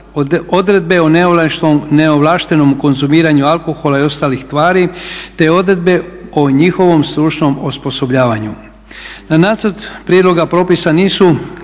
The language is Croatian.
odredbe o neovlaštenom konzumiranju alkohola i ostalih tvari te odredbe o njihovom stručnom osposobljavanju. Na nacrt prijedloga propisa nisu